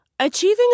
Achieving